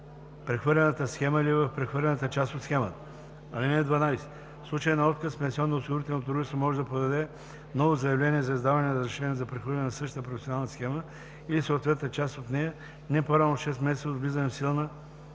в прехвърлената схема или в прехвърлената част от схемата. (12) В случай на отказ пенсионноосигурителното дружество може да подаде ново заявление за издаване на разрешение за прехвърляне на същата професионална схема или съответната част от нея не по-рано от 6 месеца от влизане в сила